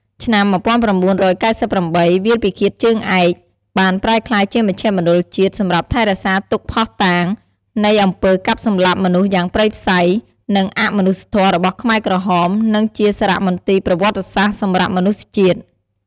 ឆ្នាំ១៩៨៩ វាលពិឃាតជើងឯក បានប្រែក្លាយជាមជ្ឈមណ្ឌលជាតិ សម្រាប់ថែរក្សាទុកភ័ស្តុតាង នៃអំពើកាប់សម្លាប់មនុស្សយ៉ាងព្រៃផ្សៃ និងអមនុស្សធម៌របស់ខ្មែរក្រហម និងជាសារមន្ទីរប្រវត្តិសាស្ត្រសម្រាប់មនុស្សជាតិ។